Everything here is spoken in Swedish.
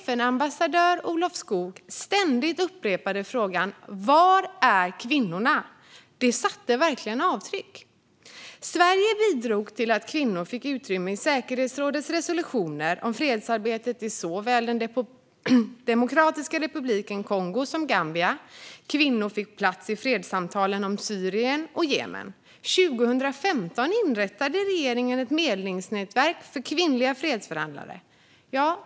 FN-ambassadör Olof Skoog upprepade ständigt frågan: Var är kvinnorna? Det satte verkligen avtryck. Sverige bidrog till att kvinnor fick utrymme i säkerhetsrådets resolutioner om fredsarbetet i såväl Demokratiska Republiken Kongo som Gambia. Kvinnor fick plats i fredssamtalen om Syrien och Jemen. År 2015 inrättade regeringen ett medlingsnätverk för kvinnliga fredsförhandlare.